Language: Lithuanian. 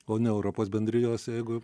o ne europos bendrijos jeigu